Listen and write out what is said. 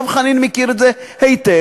דב חנין מכיר את זה היטב,